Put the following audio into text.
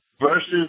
versus